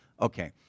Okay